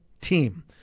team